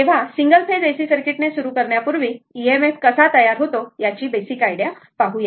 तर single phase AC circuit ने सुरू करण्यापूर्वी ईएमएफ कसा तयार होतो याची काही बेसिक आयडिया पाहूया